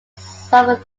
solving